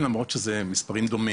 למרות שאלה מספרים דומים.